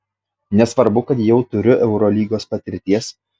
nesvarbu kad jau turiu eurolygos patirties